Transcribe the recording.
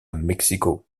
mexico